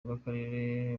n’akarere